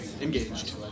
Engaged